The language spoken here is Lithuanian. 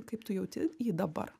kaip tu jauti jį dabar